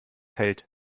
hält